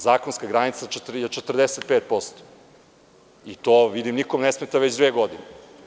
Zakonska granica je 45% i to, vidim, nikom ne smeta već dve godine.